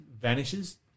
vanishes